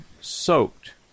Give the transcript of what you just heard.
soaked